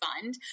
fund